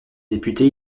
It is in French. députés